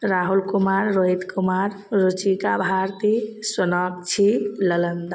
Rahul Kumar Rohit Kumar Ruchika Bharti Sonakshi Lalanda